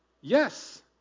Yes